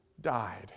died